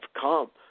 come